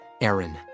Aaron